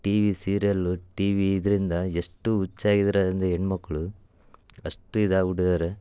T V serial T V ಇದರಿಂದ ಎಷ್ಟು ಹುಚ್ಚಾಗಿದಾರೆ ಅಂದ್ರಿಂದ ಹೆಣ್ಮಕ್ಳು ಅಷ್ಟು ಇದಾಗಿ ಬಿಟ್ಟಿದಾರೆ